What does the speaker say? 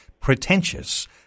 pretentious